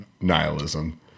nihilism